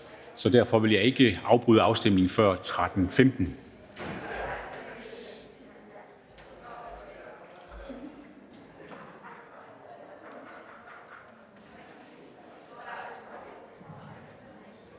Så derfor vil jeg ikke afbryde afstemningen før kl.